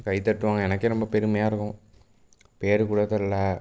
கை தட்டுவாங்க எனக்கே ரொம்பப் பெருமையாக இருக்கும் பேர் கூட தெர்லை